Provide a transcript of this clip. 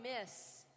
miss